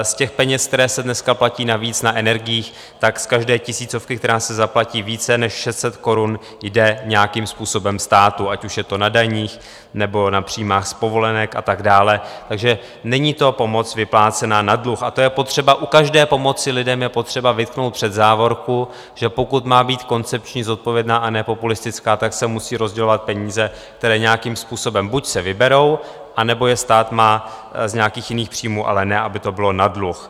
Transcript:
Z peněz, které se dneska platí navíc na energiích, tak z každé tisícovky, která se zaplatí, více než 600 korun jde nějakým způsobem státu, ať už je to na daních, nebo na příjmech z povolenek a tak dále, takže není to pomoc vyplácená na dluh, a to je potřeba u každé pomoci lidem vytknout před závorku, že pokud má být koncepční, zodpovědná a nepopulistická, tak se musí rozdělovat peníze, které nějakým způsobem buď se vyberou, anebo je stát má z nějakých jiných příjmů, ale ne, aby to bylo na dluh.